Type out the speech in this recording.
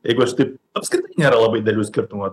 jeigu aš taip apskritai nėra labai didelių skirtų